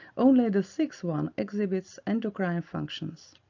only the sixth one exhibits endocrine functions.